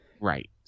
Right